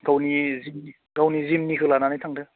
गावनि गावनि जिमनिखौ लानानै थांदों